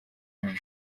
munsi